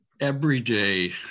everyday